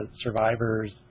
survivor's